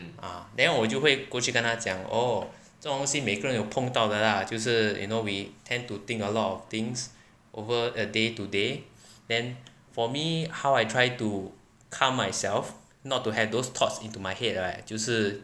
ah then 我就会过去跟他讲 oh 这种东西每个人有碰到的啦就是 you know we tend to think a lot of things over a day today then for me how I try to calm myself not to have those thoughts into my head right 就是